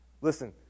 Listen